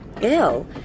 Ill